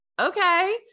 okay